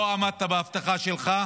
לא עמדת בהבטחה שלך.